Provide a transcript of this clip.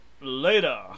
Later